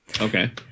Okay